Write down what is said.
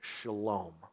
shalom